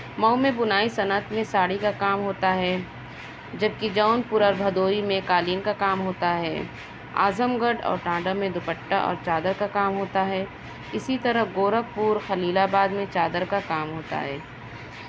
مئو میں بنائی صنعت میں ساڑی کا کام ہوتا ہے جب کہ جونپور اور بھدوئی میں قالین کا کام ہوتا ہے اعظم گڑھ اور ٹانڈہ میں دوپٹہ اور چادر کا کام ہوتا ہے اسی طرح گورکھپور خلیل آباد میں چادر کا کام ہوتا ہے